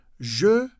je